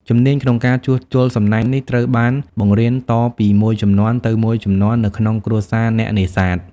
ជំនាញក្នុងការជួសជុលសំណាញ់នេះត្រូវបានបង្រៀនតពីមួយជំនាន់ទៅមួយជំនាន់នៅក្នុងគ្រួសារអ្នកនេសាទ។